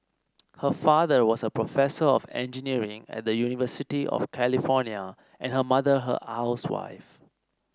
her father was a professor of engineering at the University of California and her mother a housewife